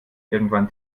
irgendwann